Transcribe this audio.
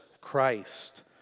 Christ